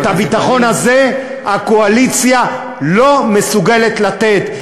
ואת הביטחון הזה הקואליציה לא מסוגלת לתת,